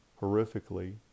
horrifically